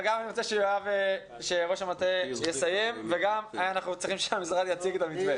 אבל אני רוצה שראש המטה יסיים ואנחנו צריכים שהמשרד יציג את המתווה.